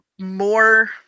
More